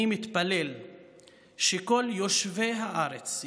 אני מתפלל שכל יושבי הארץ,